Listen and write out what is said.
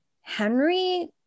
Henry